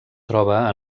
troba